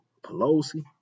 Pelosi